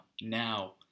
Now